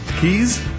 Keys